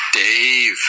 Dave